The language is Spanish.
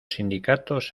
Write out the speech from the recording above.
sindicatos